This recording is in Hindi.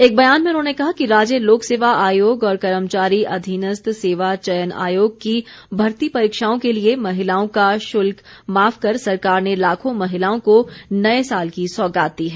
एक बयान में उन्होंने कहा कि राज्य लोक सेवा आयोग और कर्मचारी अधीनस्थ सेवा चयन आयोग की भर्ती परीक्षाओं के लिए महिलाओं का शुल्क माफ कर सरकार ने लाखों महिलाओं को नए साल की सौगात दी है